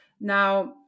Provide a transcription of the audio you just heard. Now